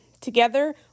together